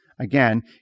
Again